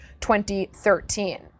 2013